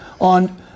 on